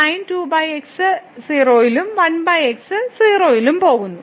0 ലും 1 x 0 ലും പോകുന്നു